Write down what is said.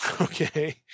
okay